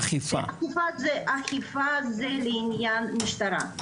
אכיפה זה עניין של המשטרה.